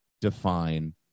define